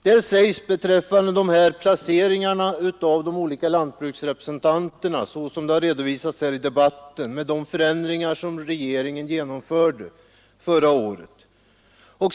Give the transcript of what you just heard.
Där redogörs för placeringarna av de olika lantbruksrepresentanterna och, som det också har redovisats här i debatten, de förändringar som regeringen genomförde förra året.